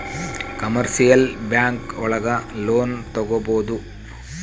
commercial bank ಒಳಗ loan ತಗೊಬೋದು